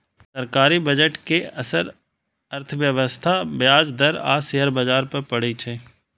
सरकारी बजट के असर अर्थव्यवस्था, ब्याज दर आ शेयर बाजार पर पड़ै छै